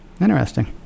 Interesting